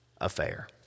affair